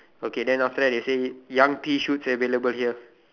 okay than after that they say young pea shoots available here